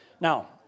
Now